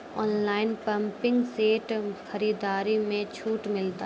Online pumping set खरीदारी मे छूट मिलता?